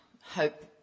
hope